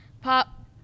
pop